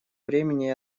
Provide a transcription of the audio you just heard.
времени